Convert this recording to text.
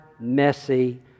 messy